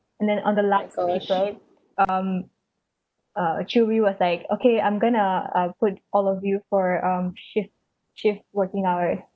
and then on the like um uh Chee Wei was like okay I'm gonna uh put all of you for um shift shift working hours